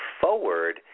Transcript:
forward